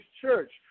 church